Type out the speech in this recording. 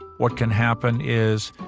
what can happen is,